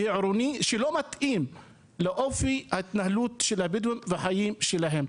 ועירוני שלא מתאים לאופי ההתנהלות של הבדואים והחיים שלהם.